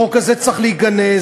החוק הזה צריך להיגנז,